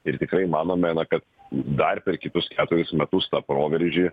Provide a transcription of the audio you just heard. ir tikrai manome na kad dar per kitus keturis metus tą proveržį